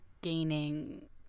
gaining